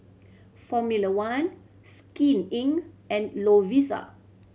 Formula One Skin Inc and Lovisa